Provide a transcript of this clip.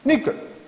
Nikad!